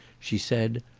she said,